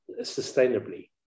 sustainably